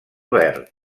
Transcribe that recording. verd